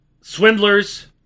Swindlers